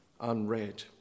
unread